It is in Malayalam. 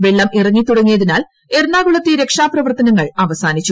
വെള്ളം ഇറങ്ങിത്തു ടങ്ങിയതിനാൽ എറണാകൂളത്തെ രക്ഷാപ്രവർത്തനങ്ങൾ അവസാനിച്ചു